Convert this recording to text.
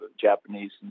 Japanese